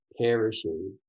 perishing